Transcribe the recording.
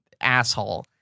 asshole